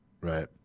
right